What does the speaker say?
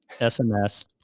SMS